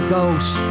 Ghost